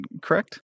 correct